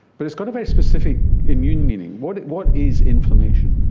but it's got a very specific immune meaning. what what is inflammation?